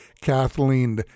kathleen